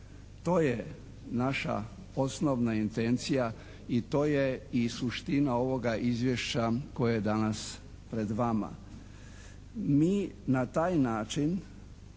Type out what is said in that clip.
To je naša osnovna intencija i to je i suština ovoga Izvješća koje je danas pred vama. Mi na taj način